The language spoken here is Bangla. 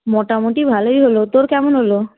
মোটামুটি ভালোই হল তোর কেমন হল